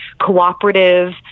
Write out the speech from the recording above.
cooperative